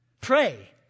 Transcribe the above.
Pray